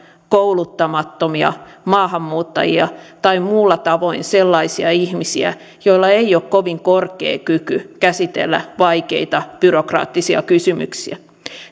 kouluttamattomia maahanmuuttajia tai muulla tavoin sellaisia ihmisiä joilla ei ole kovin korkea kyky käsitellä vaikeita byrokraattisia kysymyksiä